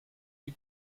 you